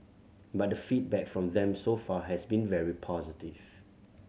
but the feedback from them so far has been very positive